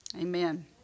amen